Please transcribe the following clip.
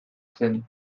zen